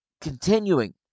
Continuing